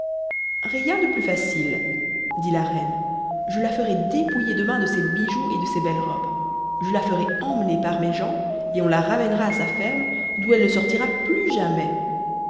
rien de plus facile dit la reine je la ferai dépouiller demain de ses bijoux et de ses belles robes je la ferai emmener par mes gens et on la ramènera à sa ferme d'où elle ne sortira plus jamais